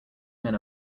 men